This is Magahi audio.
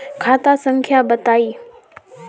खाता संख्या बताई?